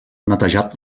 netejat